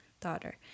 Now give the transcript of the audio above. daughter